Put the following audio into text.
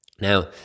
Now